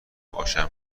باشم